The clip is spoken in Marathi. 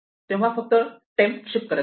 तेव्हा फक्त टेम्प शिफ्ट करत राहा